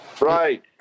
Right